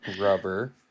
rubber